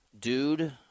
Dude